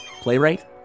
Playwright